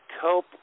cope